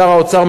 שר האוצר,